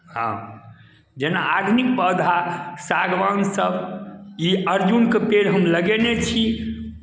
हँ जेना आधुनिक पौधा सागवानसभ ई अर्जुनके पेड़ हम लगेने छी